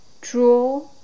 Draw